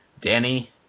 Danny